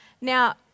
Now